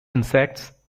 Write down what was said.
insects